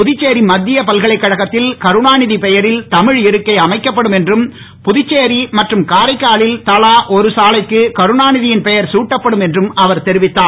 புதுச்சேரி மத்திய பல்லைக்கழகத்தில் கருணாநிதி பெயரில் தமிழ் இருக்கை அமைக்கப்படும் என்றும் புதுச்சேரி மற்றும் காரைக்காவில் தலா ஒரு சாலைக்கு கருணாநிதியின் பெயர் துட்டப்படும் என்றும் அவர் தெரிவித்தார்